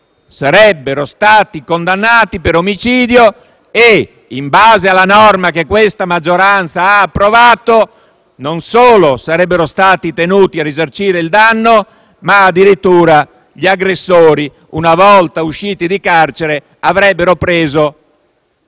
sarebbero stati condannati per omicidio e, in base alla norma che questa maggioranza ha approvato, non solo sarebbero stati tenuti a risarcire il danno, ma addirittura gli aggressori, una volta usciti dal carcere, avrebbero